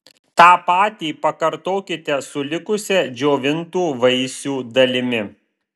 tą patį pakartokite su likusia džiovintų vaisių dalimi